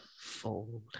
fold